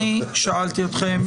אני שאלתי אתכם,